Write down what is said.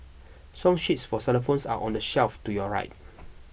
song sheets for xylophones are on the shelf to your right